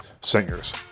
singers